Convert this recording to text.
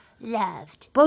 loved